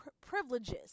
privileges